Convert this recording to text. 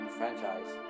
franchise